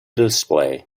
display